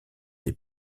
des